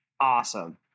awesome